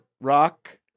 Rock